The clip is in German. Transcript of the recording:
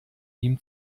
ihm